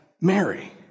Mary